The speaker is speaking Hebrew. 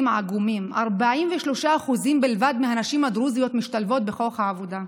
עגומים: 43% בלבד מהנשים הדרוזיות משתלבות בכוח העבודה.